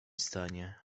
stanie